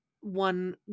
one